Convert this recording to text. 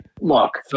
Look